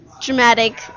dramatic